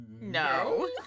No